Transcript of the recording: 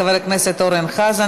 תודה לחבר הכנסת אורן חזן.